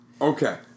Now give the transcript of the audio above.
Okay